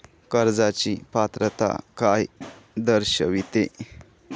कर्जाची पात्रता काय दर्शविते?